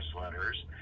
letters